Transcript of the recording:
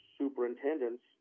superintendents